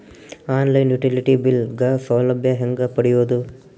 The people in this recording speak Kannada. ಆನ್ ಲೈನ್ ಯುಟಿಲಿಟಿ ಬಿಲ್ ಗ ಸೌಲಭ್ಯ ಹೇಂಗ ಪಡೆಯೋದು?